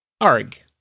arg